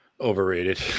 Overrated